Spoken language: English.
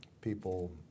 people